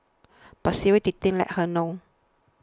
but serial dating left her hollow